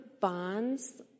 bonds